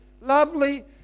lovely